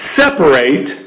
separate